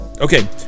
Okay